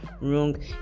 wrong